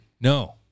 no